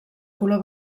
color